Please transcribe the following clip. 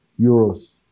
euros